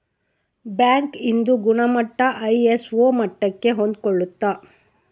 bank ಇಂದು ಗುಣಮಟ್ಟ ISO ಮಟ್ಟಕ್ಕೆ ಹೊಂದ್ಕೊಳ್ಳುತ್ತ